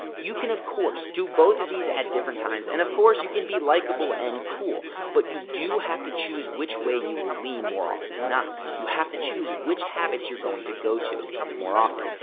you can, of course, do both of these at different times, and, of course, you can be likable and cool, but you do have to choose which way you will lean more often than not. you have to choose which habits you're going to go to more often.